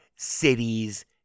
cities